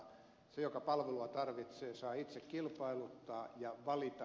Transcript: se joka palvelua tarvitsee saa itse kilpailuttaa ja valita